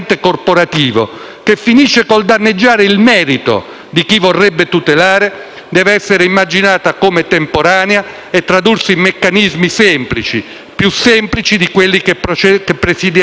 di chi vorrebbe tutelare, deve essere immaginata come temporanea e tradursi in meccanismi più semplici di quelli che presiederanno la compilazione delle prossime liste elettorali.